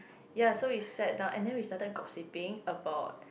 ya so we sat down and then we started gossiping about